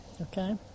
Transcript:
okay